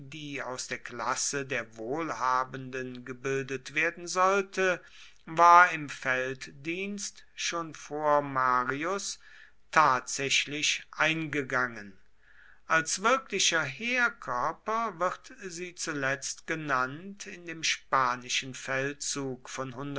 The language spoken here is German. die aus der klasse der wohlhabenden gebildet werden sollte war im felddienst schon vor marius tatsächlich eingegangen als wirklicher heerkörper wird sie zuletzt genannt in dem spanischen feldzug von